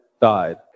died